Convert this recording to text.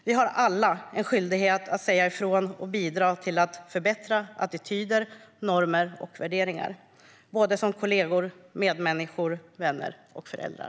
Vi har alla en skyldighet att säga ifrån och bidra till att förbättra attityder, normer och värderingar som kollegor, medmänniskor, vänner och föräldrar.